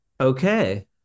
Okay